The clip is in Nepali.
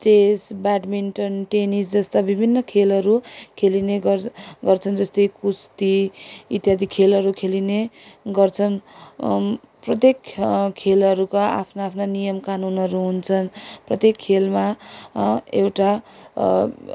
चेस ब्याडमिन्टन टेनिस जस्ता विभिन्न खेलहरू खेलिने गर्छ गर्छन् जस्तै कुस्ती इत्यादि खेलहरू खेलिने गर्छन् प्रत्येक खेलहरूका आफ्ना आफ्ना नियम कानुनहरू हुन्छन् प्रत्येक खेलमा एउटा